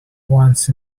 once